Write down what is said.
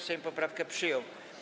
Sejm poprawkę przyjął.